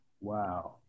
Wow